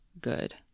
good